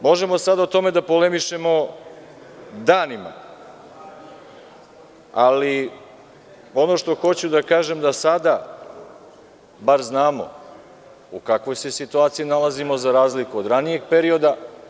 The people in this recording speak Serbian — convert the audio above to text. Možemo sada o tome da polemišemo danima, ali ono što hoću da kažem jeste da sada bar znamo u kakvoj se situaciji nalazimo, za razliku od ranijeg perioda.